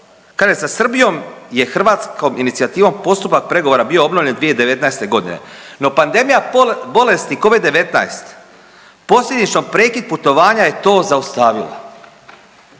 kaže sa Srbijom je hrvatskom inicijativom postupak pregovora bio obnovljen 2019. g. no pandemija bolesti Covid-19, posljedično prekid putovanja je to zaustavila.